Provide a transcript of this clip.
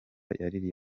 yari